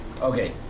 Okay